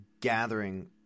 gathering